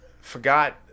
forgot